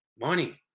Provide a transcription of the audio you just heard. money